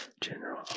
General